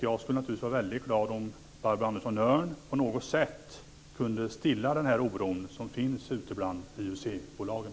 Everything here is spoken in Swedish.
Jag skulle naturligtvis bli väldigt glad om Barbro Andersson Öhrn på något sätt kan stilla den oro som finns ute bland IUC-bolagen.